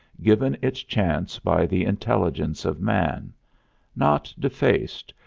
given its chance by the intelligence of man not defaced,